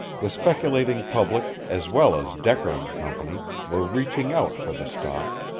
the speculating public as well as decker and company were reaching out for the stock,